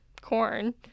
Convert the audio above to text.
corn